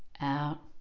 out